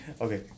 Okay